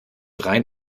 rein